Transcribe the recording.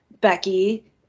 Becky